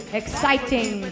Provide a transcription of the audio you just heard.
exciting